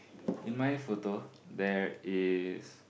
in my photo there is